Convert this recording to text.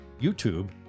YouTube